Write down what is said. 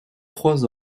trois